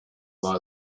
war